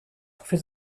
für